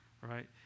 right